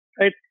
right